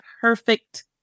perfect